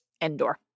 Endor